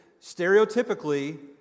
stereotypically